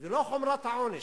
ולא חומרת העונש.